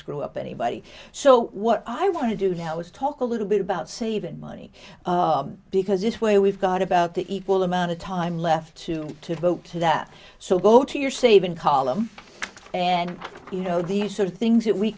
screw up anybody so what i want to do now is talk a little bit about c even money because this way we've got about the equal amount of time left to to vote to that so go to your saving column and you know these are things that we